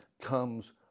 comes